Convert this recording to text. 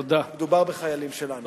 מדובר בחיילים שלנו.